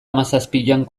hamazazpian